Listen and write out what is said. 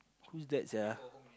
who's that sia